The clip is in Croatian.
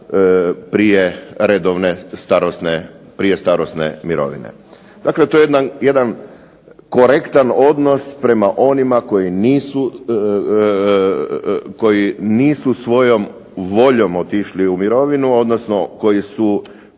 prije redovne starosne mirovine. Dakle, to je jedan korektan odnos prema onima koji nisu svojom voljom otišli u mirovinu odnosno koji su